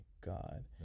God